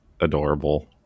adorable